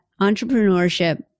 entrepreneurship